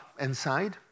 inside